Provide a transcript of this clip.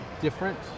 different